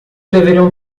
deveriam